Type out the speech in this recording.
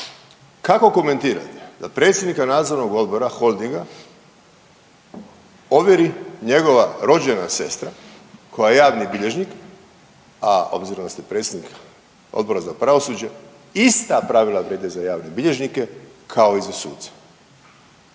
Kako komentirate da predsjednika nadzornog odbora holdinga ovjeri njegova rođena sestra koja je javni bilježnik, a obzirom da ste predsjednik Odbora za pravosuđe, ista pravila vrijede za javne bilježnike kao i za suce.